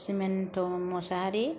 cement' Mosahary